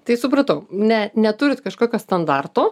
tai supratau ne neturit kažkokio standarto